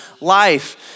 life